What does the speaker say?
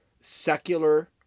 secular